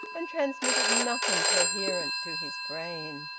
and transmitted nothing coherent to his brain.